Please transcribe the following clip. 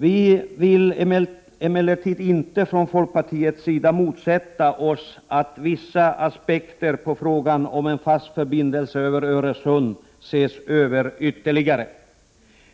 Vii folkpartiet vill emellertid inte motsätta oss att vissa aspekter på frågan om en fast förbindelse över Öresund ses över ytterligare.